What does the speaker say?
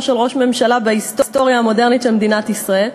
של ראש ממשלה בהיסטוריה המודרנית של מדינת ישראל,